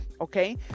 Okay